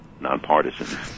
nonpartisan